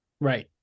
right